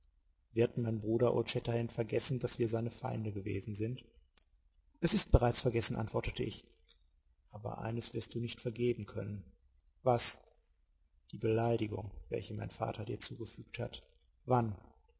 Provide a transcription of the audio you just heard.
wird mein bruder old shatterhand vergessen daß wir seine feinde gewesen sind es ist bereits vergessen antwortete ich aber eines wirst du nicht vergeben können was die beleidigung welche mein vater dir zugefügt hat wann